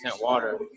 water